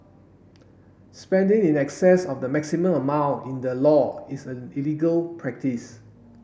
spending in excess of the maximum amount in the law is an illegal practice